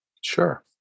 Sure